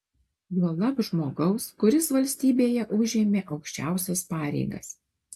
juolab žmogaus kuris valstybėje užėmė aukščiausias pareigas